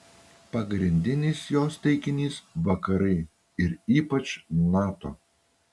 pagrindinis jos taikinys vakarai ir ypač nato